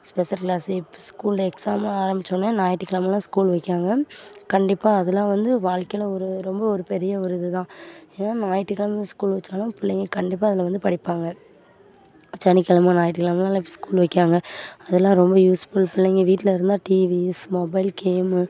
special class இப்போ ஸ்கூலில் exam ஆரமிச்சோடனே ஞாயிட்டுக்கிழமைலாம் ஸ்கூல் வைக்காங்க கண்டிப்பாக அதெலாம் வந்து வாழ்க்கையில் ஒரு ரொம்ப ஒரு பெரிய ஒரு இது தான் ஏன்னால் ஞாயிட்டுக்கிழமை ஸ்கூல் வைச்சாலும் பிள்ளைங்க கண்டிப்பாக அதில் வந்து படிப்பாங்க சனிக்கிழமை ஞாயிட்டுக்கிழமைலாம் ஸ்கூல் வைக்காங்க அதெலாம் ரொம்ப யூஸ்ஃபுல் பிள்ளைங்க வீட்டில் இருந்தால் டிவிஸ் மொபைல் கேமு